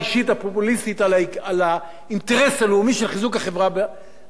האינטרס הלאומי של חיזוק החברה הדמוקרטית במדינת ישראל.